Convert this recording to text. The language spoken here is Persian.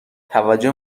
توجه